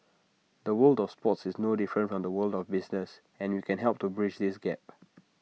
the world of sports is no different from the world of business and we can help to bridge this gap